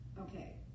Okay